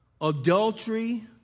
Adultery